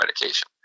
medication